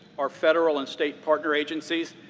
our federal and state partner agencies,